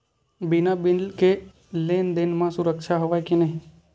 बिना बिल के लेन देन म सुरक्षा हवय के नहीं?